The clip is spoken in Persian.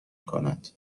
کند